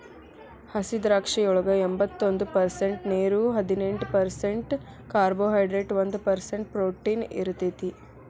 ಹಸಿದ್ರಾಕ್ಷಿಯೊಳಗ ಎಂಬತ್ತೊಂದ ಪರ್ಸೆಂಟ್ ನೇರು, ಹದಿನೆಂಟ್ ಪರ್ಸೆಂಟ್ ಕಾರ್ಬೋಹೈಡ್ರೇಟ್ ಒಂದ್ ಪರ್ಸೆಂಟ್ ಪ್ರೊಟೇನ್ ಇರತೇತಿ